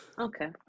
Okay